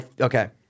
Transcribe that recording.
okay